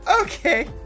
Okay